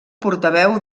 portaveu